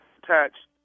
attached